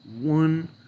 one